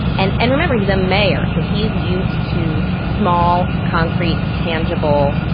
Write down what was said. and and remember, he's a mayor. so he's used to small, concrete, tangible.